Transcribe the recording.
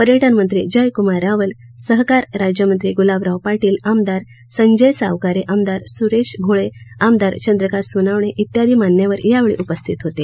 पर्यटनमंत्री जयकूमार रावल सहकार राज्यमंत्री गुलाबराव पाटील आमदार संजय सावकारे आमदार सुरेश भोळे आमदार चंद्रकांत सोनवणे इत्यादी मान्यवर यावेळी उपस्थित होते